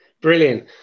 Brilliant